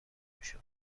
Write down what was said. بشو